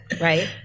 right